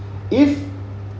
if